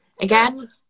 again